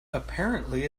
apparently